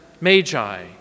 magi